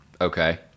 Okay